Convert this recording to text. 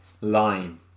line